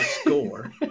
Score